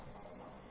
शब्दकोष